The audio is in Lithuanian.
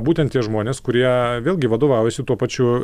būtent tie žmonės kurieee vėlgi vadovaujasi tuo pačiu